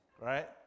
Right